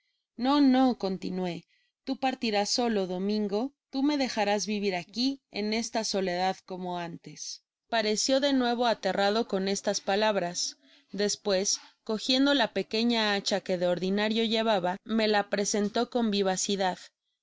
no no continué tú partirás solo domingo tú me dejarás vivir aquí en esta soledad como antes pareció de nuevo aterrado con estas palabras despues cogiendo la pequeña hacha que de ordinario llevaba me la presentó con vivacidad qué